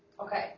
Okay